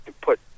Put